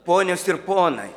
ponios ir ponai